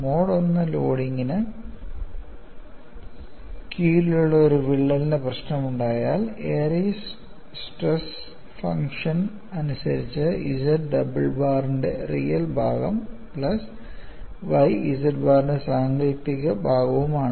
mode I ലോഡിംഗിന് കീഴിലുള്ള ഒരു വിള്ളലിന്റെ പ്രശ്നമുണ്ടായാൽ എയറിസ് സ്ട്രെസ് ഫംഗ്ഷൻ അനുസരിച്ച് Z ഡബിൾ ബാറിന്റെ റിയൽ ഭാഗം പ്ലസ് y Z ബാറിന്റെ സാങ്കൽപ്പിക ഭാഗവുമാണ്